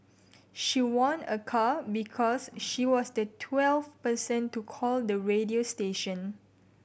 she won a car because she was the twelfth person to call the radio station